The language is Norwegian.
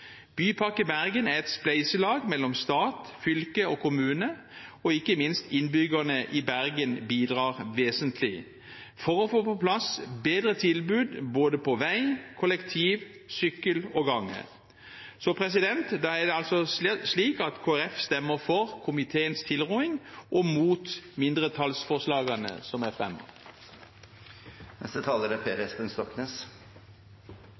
Bypakke Bergen er et spleiselag mellom stat, fylke og kommune, og ikke minst bidrar innbyggerne i Bergen vesentlig for å få på plass bedre tilbud både på vei, kollektiv, sykkel og gange. Kristelig Folkeparti stemmer for komiteens tilråding og mot mindretallsforslagene som er